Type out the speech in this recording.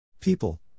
People